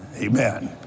Amen